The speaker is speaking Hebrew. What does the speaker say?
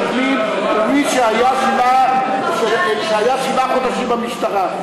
פנים הוא מי שהיה שבעה חודשים במשטרה,